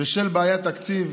בשל בעיית תקציב.